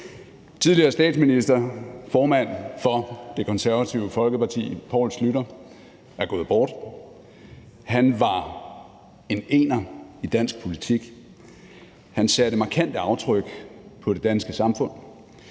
Tidligere statsminister, formand for Det Konservative Folkeparti Poul Schlüter er gået bort. Han var en ener i dansk politik. Han satte markante aftryk på det danske samfund.